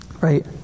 Right